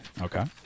Okay